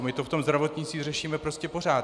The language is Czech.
My to v tom zdravotnictví řešíme prostě pořád.